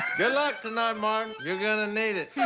good luck tonight martin, you're gonna need it.